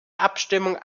abstimmung